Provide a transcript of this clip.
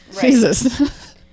Jesus